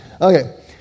Okay